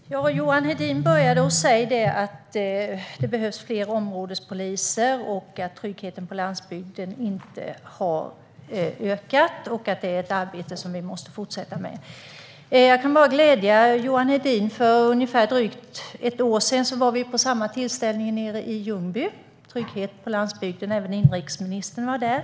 Herr talman! Johan Hedin började med att säga att det behövs fler områdespoliser, att tryggheten på landsbygden inte har ökat och att det är ett arbete som vi måste fortsätta med. Då kan jag glädja Johan Hedin. För drygt ett år sedan var vi på samma tillställning i Ljungby, om trygghet på landsbygden. Även inrikesministern var där.